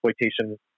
exploitation